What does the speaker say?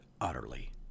utterly